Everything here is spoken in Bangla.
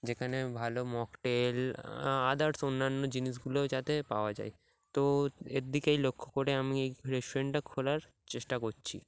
যেখানে ভালো মকটেল আদার্স অন্যান্য জিনিসগুলোও যাতে পাওয়া যায় তো এর দিকেই লক্ষ্য করে আমি এই রেস্টুরেন্টটা খোলার চেষ্টা করছি